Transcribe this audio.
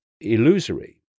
illusory